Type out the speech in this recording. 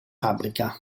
fabbrica